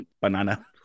Banana